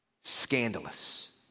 scandalous